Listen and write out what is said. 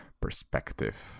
perspective